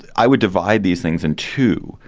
i would divide these things in two.